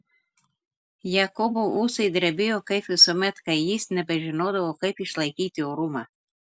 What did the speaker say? jakobo ūsai drebėjo kaip visuomet kai jis nebežinodavo kaip išlaikyti orumą